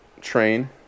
Train